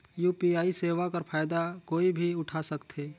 UPI सेवा कर फायदा कोई भी उठा सकथे?